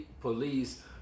police